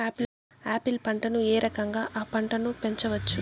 Apple పంటను ఏ రకంగా అ పంట ను పెంచవచ్చు?